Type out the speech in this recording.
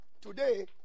today